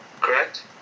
correct